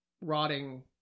rotting